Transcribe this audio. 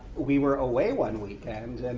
we were away one weekend.